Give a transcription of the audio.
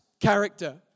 character